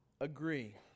Agree